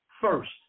first